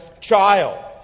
child